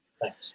Thanks